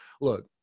look